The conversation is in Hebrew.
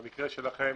במקרה שלכם,